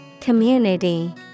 Community